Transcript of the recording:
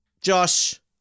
Josh